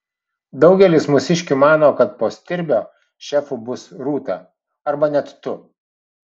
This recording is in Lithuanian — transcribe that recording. daugelis mūsiškių mano kad po stirbio šefu bus rūta arba net tu